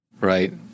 Right